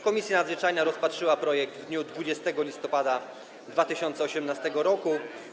Komisja Nadzwyczajna rozpatrzyła projekt w dniu 20 listopada 2018 r.